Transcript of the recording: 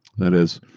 that is,